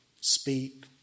speak